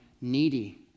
needy